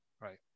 Right